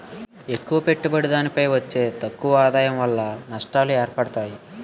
ఎక్కువ పెట్టుబడి దానిపై వచ్చే తక్కువ ఆదాయం వలన నష్టాలు ఏర్పడతాయి